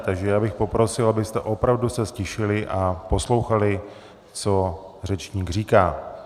Takže já bych poprosil, abyste opravdu se ztišili a poslouchali, co řečník říká.